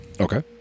Okay